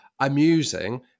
Amusing